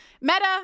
Meta